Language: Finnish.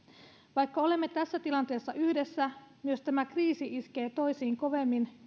vaikka olemme tässä tilanteessa yhdessä myös tämä kriisi iskee toisiin kovemmin